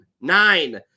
Nine